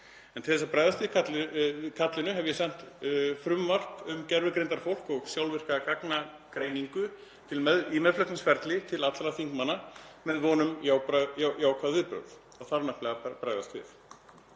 En til þess að bregðast við kallinu hef ég sent frumvarp um gervigreindarfólk og sjálfvirka gagnagreiningu í meðflutningsferli til allra þingmanna með von um jákvæð viðbrögð. Það þarf nefnilega bara að bregðast við.